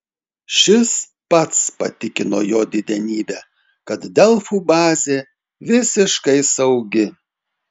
šis pats patikino jo didenybę kad delfų bazė visiškai saugi